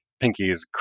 Pinky's